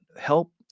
help